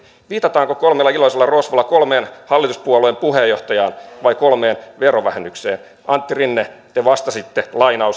viitataanko kolmella iloisella rosvolla kolmeen hallituspuolueen puheenjohtajaan vai kolmeen verovähennykseen antti rinne te vastasitte